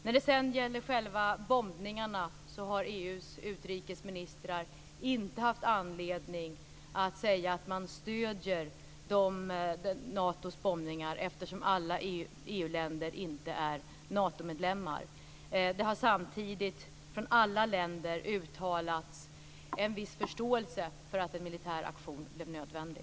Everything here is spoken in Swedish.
När det gäller själva bombningarna har EU:s utrikesministrar inte haft anledning att säga att man stöder Natos bombningar eftersom alla EU-länder inte är Natomedlemmar. Det har samtidigt från alla länder uttalats en viss förståelse för att en militär aktion blev nödvändig.